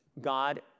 God